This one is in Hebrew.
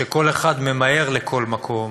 שכל אחד ממהר לכל מקום